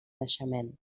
naixement